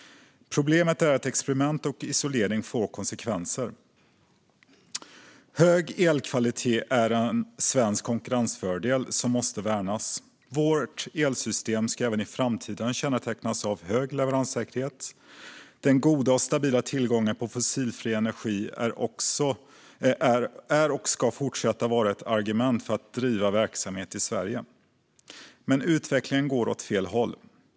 Problemet är att experiment och isolering får konsekvenser. Hög elkvalitet är en svensk konkurrensfördel som måste värnas. Vårt elsystem ska även i framtiden kännetecknas av hög leveranssäkerhet. Den goda och stabila tillgången på fossilfri energi är och ska fortsätta att vara ett argument för att driva verksamhet i Sverige. Men utvecklingen går åt fel håll.